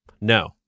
No